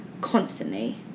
constantly